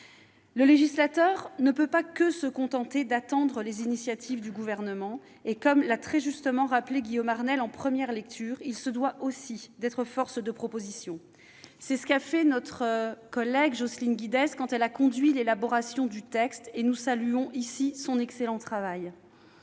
Le législateur ne peut se contenter d'attendre les initiatives du Gouvernement. Comme l'a très justement rappelé Guillaume Arnell en première lecture, il se doit aussi d'être force de proposition. C'est ce qu'a fait notre collègue Jocelyne Guidez quand elle a conduit l'élaboration du texte, et nous saluons ici son excellent travail.